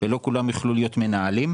ולא כולם יוכלו להיות מנהלים,